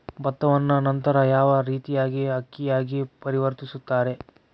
ಭತ್ತವನ್ನ ನಂತರ ಯಾವ ರೇತಿಯಾಗಿ ಅಕ್ಕಿಯಾಗಿ ಪರಿವರ್ತಿಸುತ್ತಾರೆ?